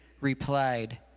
replied